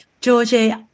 Georgie